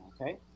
Okay